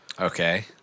Okay